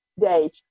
day